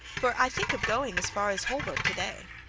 for i think of going as far as holborn to-day.